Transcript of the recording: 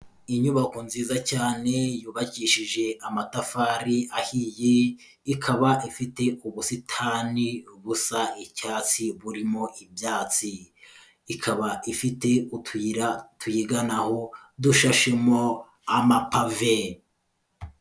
Inyubako nziza cyane yubakishije amatafari ahiye, ikaba ifite ubusitani busa icyatsi, burimo ibyatsi, ikaba ifite utuyira tuyiganaho dushashemo amapave.